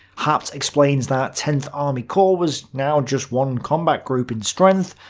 haupt explains that tenth army corps was now just one combat group in strength,